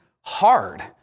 hard